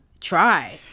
Try